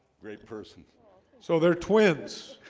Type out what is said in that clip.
great person so they're twins,